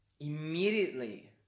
immediately